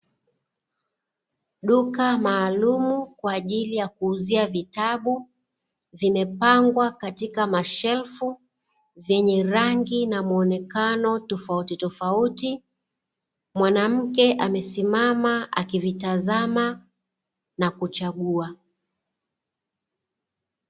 Duka maaalumu kwa ajii ya kuuzia vitabu, vimepangwa katika mashelfu vyenye rangi na muonekano tofauti tofauti. Mwanamke amesimama akivitazama na kuchagua.